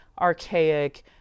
archaic